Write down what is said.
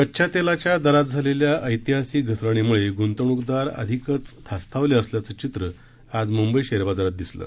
कच्च्या तेलाच्या दरात झालेल्या ऐतिहासिक घसरणीमुळे गुंतवणूकदार अधिकच धास्तावले असल्याचं चित्र आज मुंबई शेअर बाजारात दिसलं